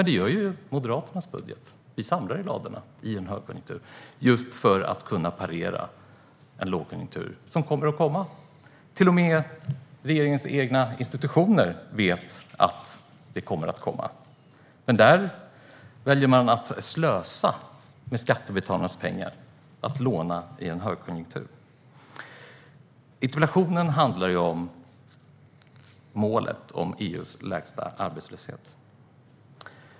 Det gör vi i Moderaternas budget. Vi samlar i ladorna i en högkonjunktur just för att kunna parera en lågkonjunktur som kommer att komma. Till och med regeringens egna institutioner vet att det kommer att komma. Men man väljer att slösa med skattebetalarnas pengar och låna i en högkonjunktur. Interpellationen handlar om målet om EU:s lägsta arbetslöshet.